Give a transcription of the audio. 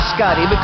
Scotty